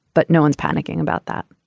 but no one's panicking about that.